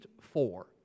four